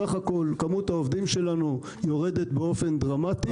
בסך הכול מספר העובדים שלנו יורד באופן דרמטי.